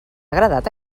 agradat